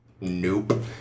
nope